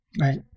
Right